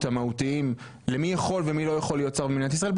המהותיים למי יכול ומי לא יכול להיות שר במדינת ישראל,